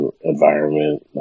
environment